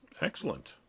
Excellent